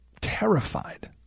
terrified